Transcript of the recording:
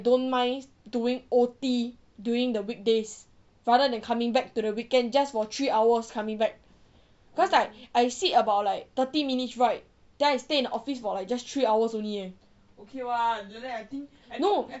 don't mind doing O_T during the weekdays rather than coming back to the weekend just for three hours coming back cause like I I sit about like thirty minutes ride then I stay in office for like just three hours only leh no